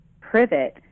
privet